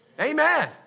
Amen